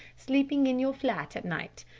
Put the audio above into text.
sleeping in your flat at night.